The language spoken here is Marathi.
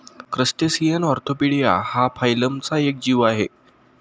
क्रस्टेसियन ऑर्थोपोडा हा फायलमचा एक जीव आहे